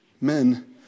men